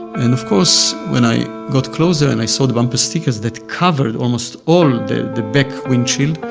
and of course, when i got closer and i saw the bumper stickers that covered almost all the the back windshield,